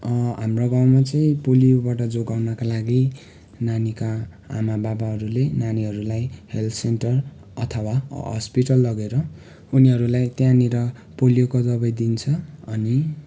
हाम्रो गाउँमा चाहिँ पोलियोबाट जोगाउनका लागि नानीका आमाबाबाहरूले नानीहरूलाई हेल्थ सेन्टर अथवा हस्पिटल लगेर उनीहरूलाई त्यहाँनिर पोलियोको दबाई दिन्छ अनि